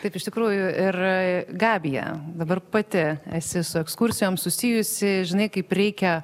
taip iš tikrųjų ir gabija dabar pati esi su ekskursijom susijusi žinai kaip reikia